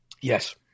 Yes